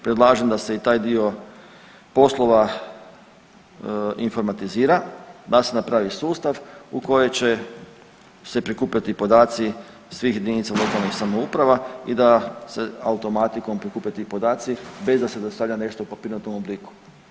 Predlažem da se i taj dio poslova informatizira, da se napravi sustav u koje će se prikupljati podaci svih jedinica lokalnih samouprava i da se automatikom prikupe ti podaci bez da se dostavlja nešto u papirnatom obliku.